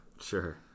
Sure